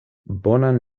bonan